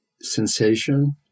sensation